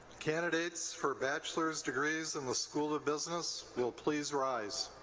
candidates for bachelor's degrees in the school of business will please rise.